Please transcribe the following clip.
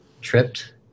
tripped